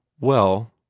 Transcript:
well,